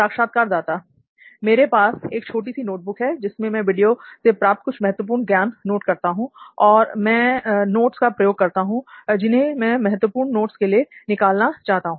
साक्षात्कारदाता मेरे पास एक छोटी सी नोटबुक है जिसमें मैं वीडियो से प्राप्त कुछ महत्वपूर्ण ज्ञान नोट करता हूं और मैं से नोट्स का प्रयोग करता हूं जिन्हें मैं महत्त्वपूर्ण नोट्स के लिए निकालता हूँ